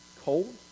cold